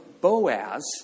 Boaz